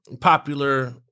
popular